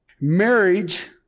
Marriage